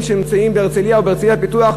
שנמצאים בהרצלייה או בהרצלייה-פיתוח,